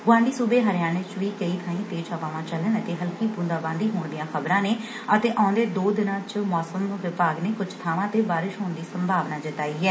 ਗੁਆਢੀ ਸੁਬੇ ਹਰਿਆਣੇ ਚ ਵੀ ਕਈ ਥਾਵਾਂ ਤੇ ਤੇਜ਼ ਹਵਾਵਾਂ ਚੱਲਣ ਅਤੇ ਹਲਕੀ ਬੂੰਦਾਂ ਬਾਦੀ ਹੋ ਰਹੀ ਐ ਅਤੇ ਆਉਂਦੇ ਦੋ ਦਿਨਾਂ ਚ ਮੌਸਮ ਵਿਭਾਗ ਨੇ ਕੁਝ ਬਾਵਾਂ ਤੇ ਬਾਰਿਸ਼ ਹੋਣ ਦੀ ਸੰਭਾਵਨਾ ਜਤਾਈ ਐ